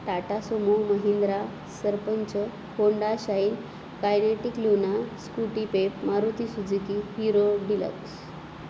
Tata Sumo Mahindra sarpanch Honda Shine Kinetic Luna Scooty Pep Maruti Suzuki Hero deluxe